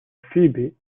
phoebe